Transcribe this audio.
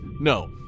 No